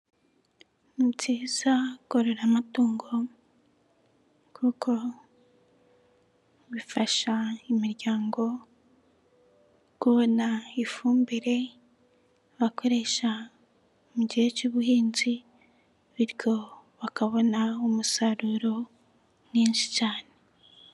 Ni byiza korora amatungo kuko bifasha imiryango kubona ifumbire bakoresha mu gihe cy'ubuhinzi bityo bakabona umusaruro mwinshi cyane.